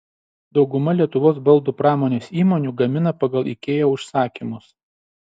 dauguma lietuvos baldų pramonės įmonių gamina pagal ikea užsakymus